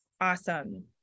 Awesome